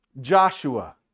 Joshua